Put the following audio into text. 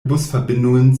busverbindungen